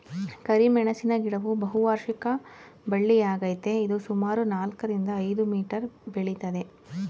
ಕರಿಮೆಣಸಿನ ಗಿಡವು ಬಹುವಾರ್ಷಿಕ ಬಳ್ಳಿಯಾಗಯ್ತೆ ಇದು ಸುಮಾರು ನಾಲ್ಕರಿಂದ ಐದು ಮೀಟರ್ ಬೆಳಿತದೆ